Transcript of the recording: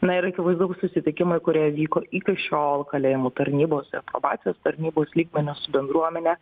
na ir akivaizdu kad susitikimai kurie vyko iki šiol kalėjimų tarnybos ir probacijos tarnybos lygmeniu su bendruomene